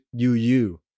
UU